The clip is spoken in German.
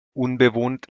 unbewohnt